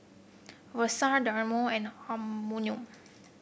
Versace Diadora and Anmum